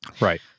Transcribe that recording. Right